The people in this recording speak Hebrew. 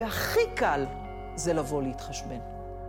והכי קל זה לבוא להתחשבן.